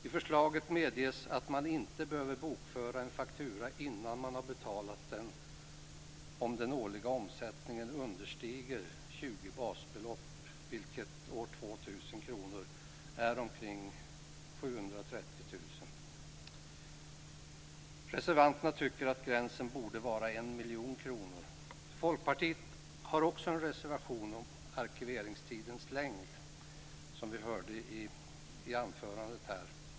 I förslaget medges att man inte behöver bokföra en faktura innan man har betalat den om den årliga omsättningen understiger 20 basbelopp, vilket år 2000 är omkring 730 000 kr. Reservanterna tycker att gränsen borde vara 1 miljon kronor. Folkpartiet har också en reservation om arkiveringstidens längd, som vi hörde i anförandet nyss.